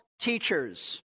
teachers